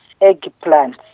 eggplants